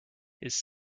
his